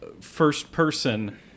first-person